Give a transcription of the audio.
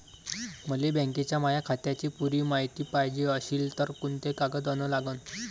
मले बँकेच्या माया खात्याची पुरी मायती पायजे अशील तर कुंते कागद अन लागन?